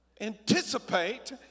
anticipate